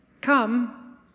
come